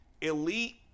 elite